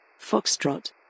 Foxtrot